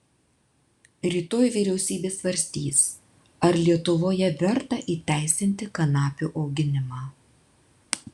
rytoj vyriausybė svarstys ar lietuvoje verta įteisinti kanapių auginimą